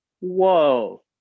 whoa